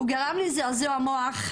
הוא גרם לי לזעזוע מוח,